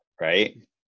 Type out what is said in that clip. right